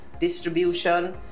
distribution